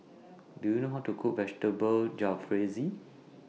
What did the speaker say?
Do YOU know How to Cook Vegetable Jalfrezi